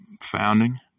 founding